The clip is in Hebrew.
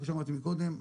כמו שאמרתי מקודם,